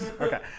Okay